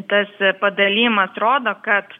tas padalijimas rodo kad